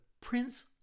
prince